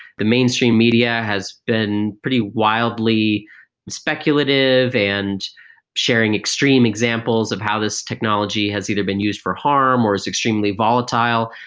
the mainstream media has been pretty wildly speculative and sharing extreme examples of how this technology has either been used for harm or is extremely volatile.